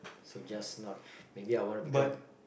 so just not maybe I wanna become